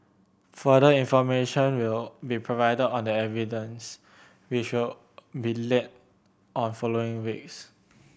further information will be provided on the evidence which will be led on following weeks